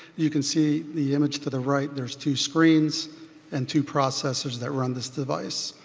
you can see the image to the right, there's two screens and two processors that run this device.